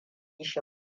shi